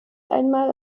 einmal